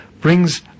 brings